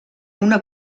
una